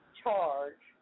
charge